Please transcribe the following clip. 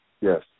Yes